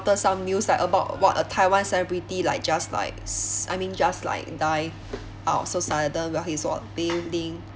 some news like about what a taiwan celebrity like just like I mean just like die out suicidal where he's walk thing thing